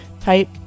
type